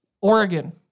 Oregon